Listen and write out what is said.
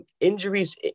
injuries